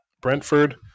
Brentford